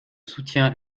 soutiens